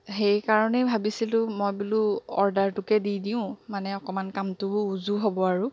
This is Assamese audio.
সেইকাৰণেই ভাবিছিলোঁ মই বোলো অৰ্ডাৰটোকে দি দিওঁ মানে অকণমান কামটোও উজু হ'ব আৰু